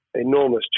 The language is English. enormous